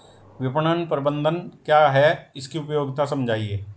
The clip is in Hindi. विपणन प्रबंधन क्या है इसकी उपयोगिता समझाइए?